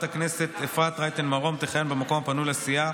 הכנסת אפרת רייטן מרום תכהן במקום הפנוי לסיעה.